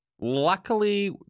luckily